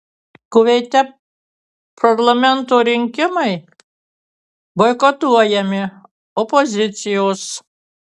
kuveite parlamento rinkimai boikotuojami opozicijos